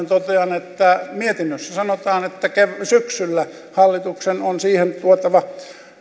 totean että mietinnössä sanotaan että syksyllä hallituksen on siihen tuotava